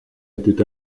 était